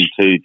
two